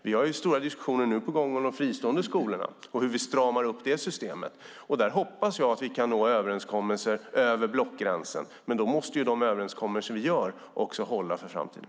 Det pågår stora diskussioner om de fristående skolorna och hur vi stramar upp det systemet. Där hoppas jag att vi kan nå överenskommelser över blockgränsen, men då måste överenskommelserna också hålla för framtiden.